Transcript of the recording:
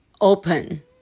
open